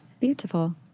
beautiful